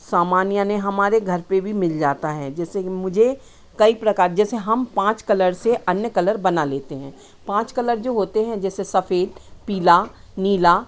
सामान यानी हमारे घर पर भी मिल जाता है जैसे कि मुझे कई प्रकार जैसे हम पाँच कलर से अन्य कलर बना लेते हैं पाँच कलर जो होते हैं जैसे सफ़ेद पीला नीला